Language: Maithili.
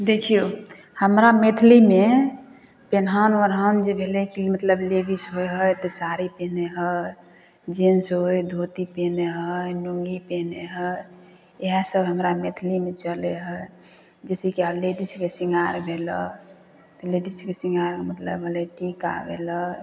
देखियौ हमरा मैथिलीमे पेनहान ओढ़ान जे भेलै मतलब लेडीज होइ हइ तऽ साड़ी पीनहै हइ जेंट्स होइ हइ तऽ धोती पीनहै हइ लुँगी पीनहै हइ इएह सब हमरा मैथिलीमे चलै हइ जैसेकि आब लेडीजके शृंगार भेलै तऽ लेडीजके शृंगार मतलब भेलै टीका भेलै